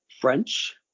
French